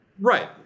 Right